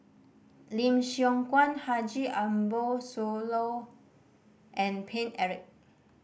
Lim Siong Guan Haji Ambo Sooloh and Paine Eric